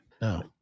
No